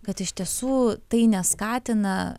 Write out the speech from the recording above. kad iš tiesų tai neskatina